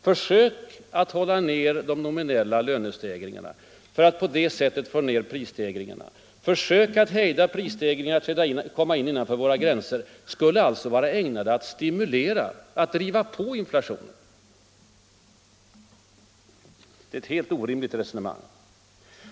Försök att hålla ned de nominella lönestegringarna för att på det sättet få ned prisstegringarna, försök att hejda internationella prisstegringar att komma in över våra gränser skulle alltså vara ägnade att stimulera och driva på inflationen! Det är ett helt orimligt resonemang.